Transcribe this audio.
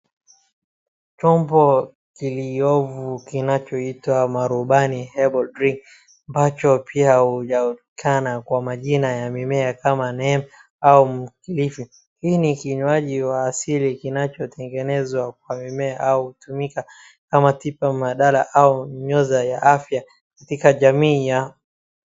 Chombo kiliovo kinachoitwa MARUBANI herbal drink nacho pia hujulikana kwa majina ya mimea kama Neem au Mkilifi. Hii ni kinywaji huwa siri kinachotengenezwa kwa mimea au hutumika kama tiba madhara au nyoza ya afya katika jamii ya.